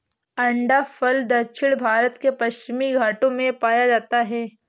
अंडाफल दक्षिण भारत के पश्चिमी घाटों में पाया जाता है